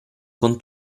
con